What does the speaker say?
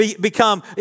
become